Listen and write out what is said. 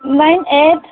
nine eight